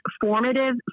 formative